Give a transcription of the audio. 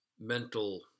mental